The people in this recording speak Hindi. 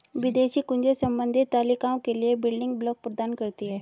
विदेशी कुंजियाँ संबंधित तालिकाओं के लिए बिल्डिंग ब्लॉक प्रदान करती हैं